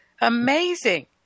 amazing